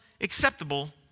acceptable